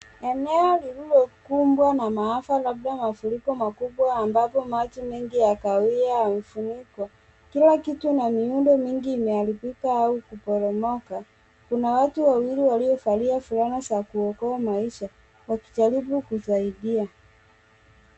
Eneo lililokumbwa na maafa labda mafuriko makubwa ambapo maji mengi ya kahawia yamefurika. Kila kitu na miundo mingi imeharibika au kuporomoka, kuna watu wawili waliovalia fulana za kuokoa maisha wakijaribu kusaidia.